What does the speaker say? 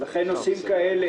לכן נושאים כאלה